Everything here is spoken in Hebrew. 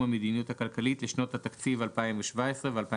המדיניות הכלכלית לשנות התקציב 2017 ו-2018)